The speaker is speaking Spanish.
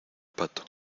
pato